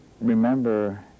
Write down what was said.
remember